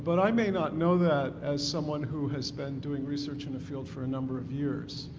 but i may not know that as someone who has been doing research in the field for a number of years.